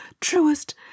truest